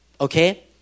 Okay